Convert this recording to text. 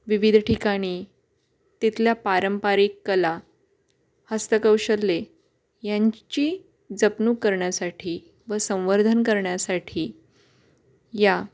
विविध ठिकाणी तिथल्या पारंपरिक कला हस्तकौशल्ये यांची जपणूक करण्यासाठी व संवर्धन करण्यासाठी या